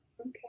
Okay